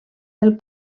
del